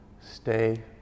stay